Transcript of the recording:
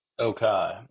Okay